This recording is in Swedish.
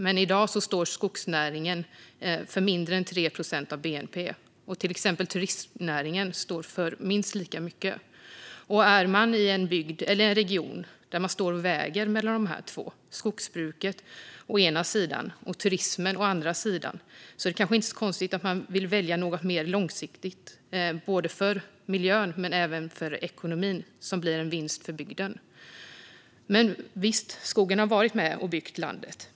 Men i dag står skogsnäringen för mindre än 3 procent av bnp, och till exempel turistnäringen står för minst lika mycket. Är man i en bygd eller en region där man står och väger mellan de två näringarna, skogsbruket å ena sidan och turismen å andra sidan, är det kanske inte så konstigt om man vill välja något mer långsiktigt för miljön men även för ekonomin, vilket blir en vinst för bygden. Visst, skogen har varit med och byggt landet.